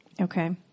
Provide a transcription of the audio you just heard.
Okay